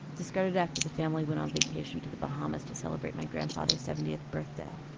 discarded after the family went on vacation to the bahamas to celebrate my grandfather's seventieth birthday.